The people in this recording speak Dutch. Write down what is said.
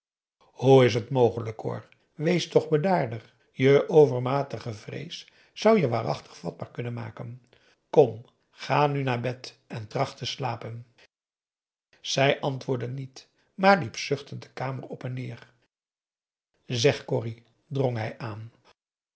hoe is het mogelijk cor wees toch bedaarder je overmatige vrees zou je waarachtig vatbaar kunnen maken kom ga nu naar bed en tracht te slapen zij antwoordde niet maar liep zuchtend de kamer op en neer zeg corrie drong hij aan